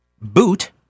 Boot